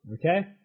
Okay